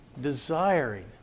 desiring